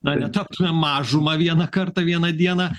na netaptumėm mažuma vieną kartą vieną dieną